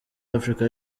africa